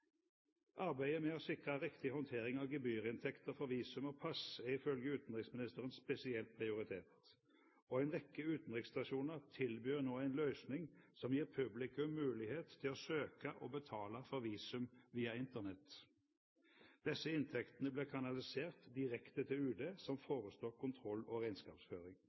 Arbeidet med å sikre riktig håndtering av gebyrinntekter for visum og pass er ifølge utenriksministeren spesielt prioritert. Og en rekke utenriksstasjoner tilbyr nå en løsning som gir publikum mulighet til å søke om og betale for visum via Internett. Disse inntektene blir kanalisert direkte til UD, som forestår kontroll og regnskapsføring.